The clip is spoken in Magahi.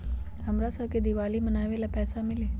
हमरा शव के दिवाली मनावेला पैसा मिली?